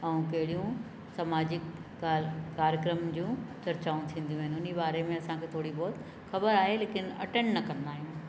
ऐं कहिड़ियूं समाजिक का कार्यक्रम जूं चर्चाऊं थींदियूं आहिनि उन बारे में असांखे थोरी बहुत ख़बर आहे लेकिन अटेंन न कंदा आहियूं